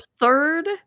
third